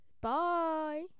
Bye